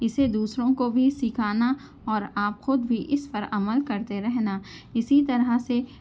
اسے دوسروں کو بھی سکھانا اور آپ خود بھی اس پر عمل کرتے رہنا اِسی طرح سے